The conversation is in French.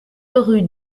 rue